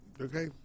Okay